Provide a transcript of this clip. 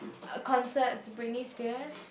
uh concerts Britney Spears